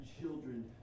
children